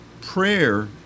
prayer